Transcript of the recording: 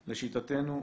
לשיטתנו,